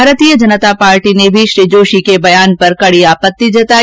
भारतीय जनता पार्टी ने भी श्री जोशी के बयान पर कड़ी आपत्ति जताई